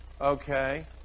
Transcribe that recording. Okay